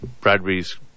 Bradbury's